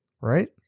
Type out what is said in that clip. right